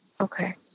Okay